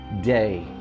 day